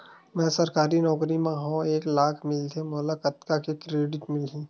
मैं सरकारी नौकरी मा हाव एक लाख मिलथे मोला कतका के क्रेडिट मिलही?